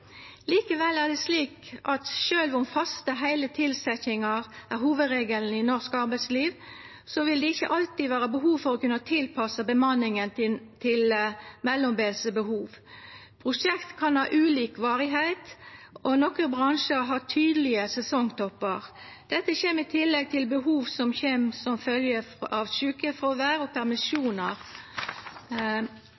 Likevel er det slik at sjølv om faste, heile tilsetjingar er hovudregelen i norsk arbeidsliv, vil det alltid vera behov for å kunna tilpassa bemanninga til mellombelse behov. Prosjekt kan ha ulik varigheit, og nokre bransjar har tydelege sesongtoppar. Dette kjem i tillegg til behov som kjem som følgje av